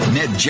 Ned